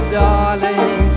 darling